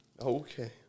Okay